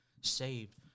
saved